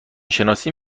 شناسی